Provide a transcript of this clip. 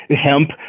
hemp